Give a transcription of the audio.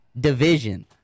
division